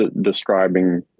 describing